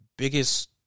Biggest